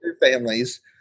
families